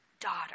daughter